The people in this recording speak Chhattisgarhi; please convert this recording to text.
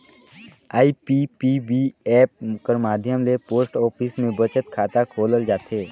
आई.पी.पी.बी ऐप कर माध्यम ले पोस्ट ऑफिस में बचत खाता खोलल जाथे